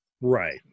Right